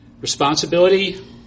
responsibility